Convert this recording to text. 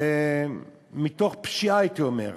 מתוך פשיעה, הייתי אומר,